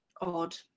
odd